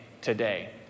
today